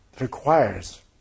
requires